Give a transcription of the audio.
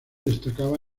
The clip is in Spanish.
destacaba